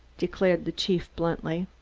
declared the chief bluntly.